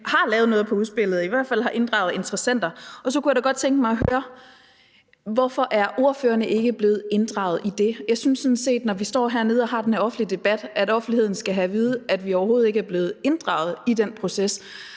har lavet noget på udspillet og i hvert fald har inddraget interessenter, og så kunne jeg da godt tænke mig at høre: Hvorfor er ordførerne ikke blevet inddraget i det? Jeg synes sådan set, når vi står hernede og har den offentlige debat, at offentligheden skal have at vide, at vi overhovedet ikke er blevet inddraget i den proces.